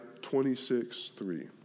26.3